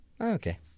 Okay